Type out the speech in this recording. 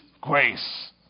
grace